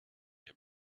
had